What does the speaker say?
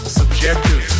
subjective